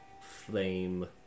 flame